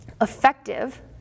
effective